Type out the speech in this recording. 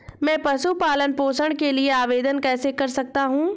मैं पशु पालन पोषण के लिए आवेदन कैसे कर सकता हूँ?